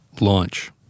Launch